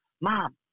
mom